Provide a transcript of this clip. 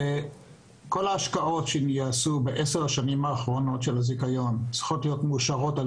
כל ההשקעות מהעשור האחרון של הזיכיון צריכות להיות מאושרות על